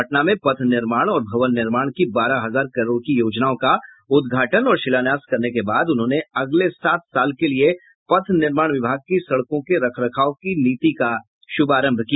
पटना में पथ निर्माण और भवन निर्माण की बारह हजार करोड़ की योजनाओं का उद्घाटन और शिलान्यास करने के बाद उन्होंने अगले सात साल के लिये पथ निर्माण विभाग के सड़कों के रख रखाब के नीति का शुभारंभ किया